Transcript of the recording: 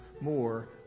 more